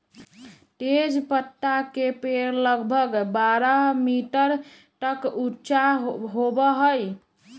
तेजपत्ता के पेड़ लगभग बारह मीटर तक ऊंचा होबा हई